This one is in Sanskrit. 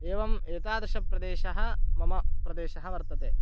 एवम् एतादृशप्रदेशः मम प्रदेशः वर्तते